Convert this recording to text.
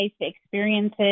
experiences